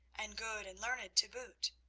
and good and learned to boot,